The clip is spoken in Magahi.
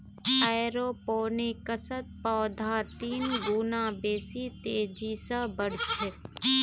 एरोपोनिक्सत पौधार तीन गुना बेसी तेजी स बढ़ छेक